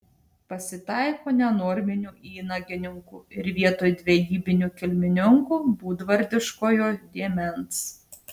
pasitaiko nenorminių įnagininkų ir vietoj dvejybinių kilmininkų būdvardiškojo dėmens